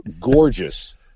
gorgeous